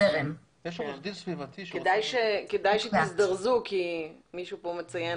כדאי שתזדרזו כי מישהו כאן מציין,